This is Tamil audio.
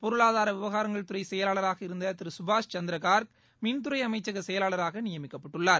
பொருளாதார விவகாரங்கள்துறை செயலாளராக இருந்த திரு சுபாஷ் சந்திர கார்க் மின்துறைஅமைச்சக செயலாளராக நியமிக்கப்பட்டுள்ளார்